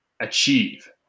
achieve